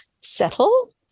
settle